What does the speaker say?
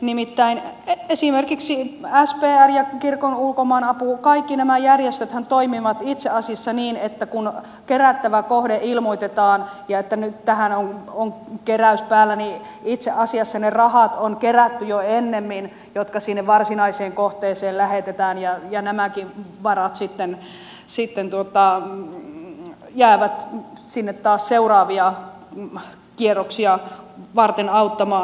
nimittäin esimerkiksi spr ja kirkon ulkomaanapu kaikki nämä järjestöthän toimivat itse asiassa niin että kun ilmoitetaan kerättävä kohde ja että nyt tähän on keräys päällä niin itse asiassa ne rahat jotka sinne varsinaiseen kohteeseen lähetetään on kerätty jo ennemmin jotta sinne varsinaiseen kohteeseen lähetetäänja ja nämäkin varat sitten jäävät sinne taas seuraavia kierroksia varten auttamaan